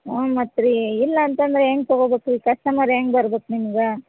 ಹ್ಞೂ ಮತ್ತೆ ರೀ ಇಲ್ಲ ಅಂತಂದರೆ ಹೆಂಗ್ ತೊಗೋಬೇಕು ರೀ ಕಸ್ಟಮರ್ ಹೆಂಗ್ ಬರ್ಬೇಕು ನಿಮ್ಗೆ